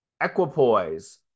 equipoise